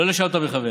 לא לשם אתה מכוון.